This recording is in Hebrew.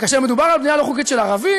כאשר מדובר על בנייה לא חוקית של ערבי,